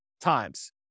times